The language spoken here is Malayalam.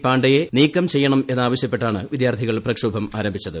പാണ്ഡ്യെയ്യെ നീക്കം ചെയ്യണമെന്ന് ആവശ്യപ്പെട്ടാണ് വിദ്യാർത്ഥിക്ൾ പ്രക്ഷോഭം ആരംഭിച്ചത്